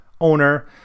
owner